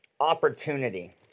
opportunity